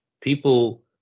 People